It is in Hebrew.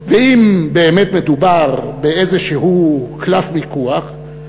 ואם באמת מדובר באיזה קלף מיקוח,